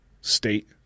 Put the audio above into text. state